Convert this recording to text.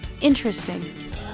interesting